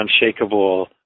unshakable